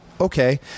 Okay